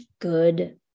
good